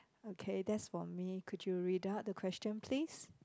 okay that's for me could you read out the question please